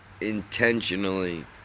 intentionally